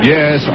Yes